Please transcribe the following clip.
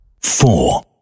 four